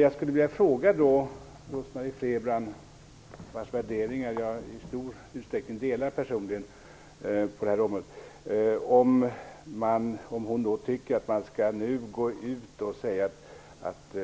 Jag skulle vilja fråga Rose-Marie Frebran, vars värderingar på det här området jag i stor utsträckning delar, om hon tycker att man nu skall gå ut och säga att